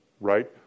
right